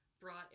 brought